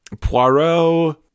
Poirot